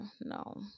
no